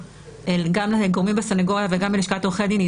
גם גורמים בסנגוריה וגם בלשכת עורכי הדין,